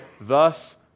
thus